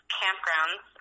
campgrounds